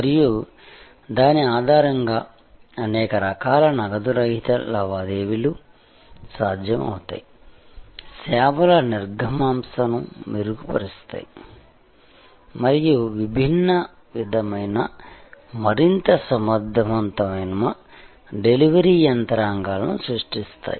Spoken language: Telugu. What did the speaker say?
మరియు దాని ఆధారంగా అనేక రకాల నగదు రహిత లావాదేవీలు సాధ్యమవుతాయి సేవల నిర్గమాంశను మెరుగుపరుస్తాయి మరియు విభిన్న విధమైన మరింత సమర్థవంతమైన డెలివరీ యంత్రాంగాలను సృష్టిస్తాయి